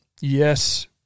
yes